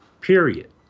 period